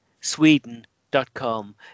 sweden.com